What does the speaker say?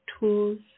tools